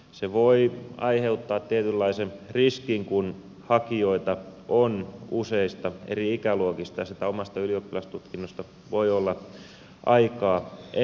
se voi aiheuttaa tietynlaisen riskin kun hakijoita on useista eri ikäluokista ja siitä omasta ylioppilastutkinnosta voi olla aikaa enemmän